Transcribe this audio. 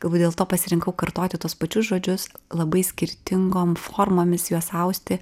galbūt dėl to pasirinkau kartoti tuos pačius žodžius labai skirtingom formomis juos austi